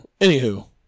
Anywho